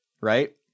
Right